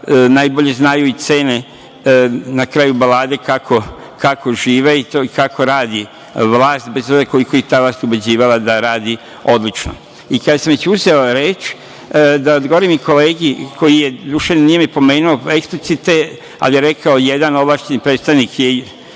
najbolje znaju i cene na kraju balade kako žive i to kako radi vlast, bez obzira koliko ih ta vlast ubeđivala da radi odlično. Kada sam već uzeo reč, da odgovorim i kolegi koji je, doduše nije me pomenuo eksplicite, ali je rekao. Jedan ovlašćeni predstavnik je